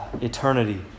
eternity